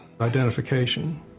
identification